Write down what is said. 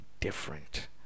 different